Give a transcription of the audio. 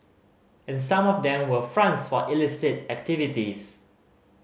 and some of them were fronts for illicit activities